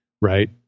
right